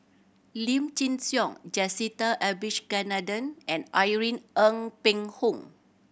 Lim Chin Siong Jacintha Abisheganaden and Irene Ng Phek Hoong